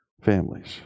families